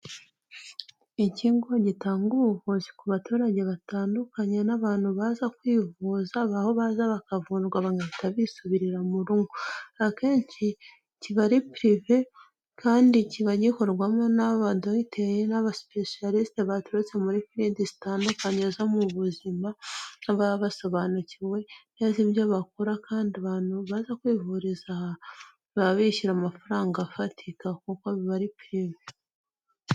Ikigo gitanga ubuhuzi ku baturage batandukanye n'abantu baza kwivuza, aho baza bakavundwa bagahita bisubirira mu rugo, akenshi kiba ari pirive kandi kiba gikorwamo n'abadogiteri n'abasipesiyalisite baturutse muri filidi zitandukanye zo mu buzima, baba basobanukiwe bya neza ibyo bakora kandi abantu baza kwivuriza aha, baba bishyura amafaranga afatika kuko biba ari pirive.